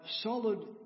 solid